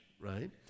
right